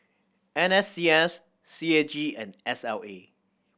N S C S C A G and S L A